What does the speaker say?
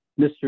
Mr